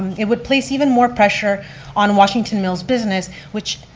it would place even more pressure on washington mills' business, which,